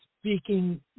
speaking